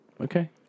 Okay